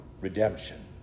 redemption